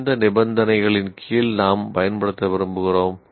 எந்த நிபந்தனைகளின் கீழ் நாம் பயன்படுத்த விரும்புகிறோம்